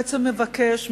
בעצם מבקש,